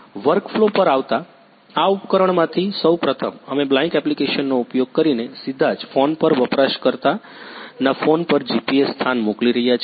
workflow પર આવતા આ ઉપકરણમાંથી સૌ પ્રથમ અમે બ્લાઇંક એપ્લિકેશનનો ઉપયોગ કરીને સીધા જ ફોન પર વપરાશકર્તાના ફોન પર જીપીએસ સ્થાન મોકલી રહ્યા છીએ